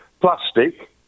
plastic